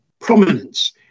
prominence